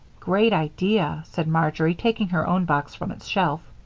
great idea, said marjory, taking her own box from its shelf.